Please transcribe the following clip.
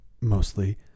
Mostly